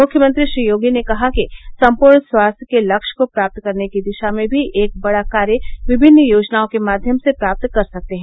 मुख्यमंत्री श्री योगी ने कहा कि संपूर्ण स्वास्थ्य के लक्ष्य को प्राप्त करने की दिशा में भी एक बड़ा कार्य विभिन्न योजनाओं के माध्यम से प्राप्त कर सकते हैं